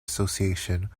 association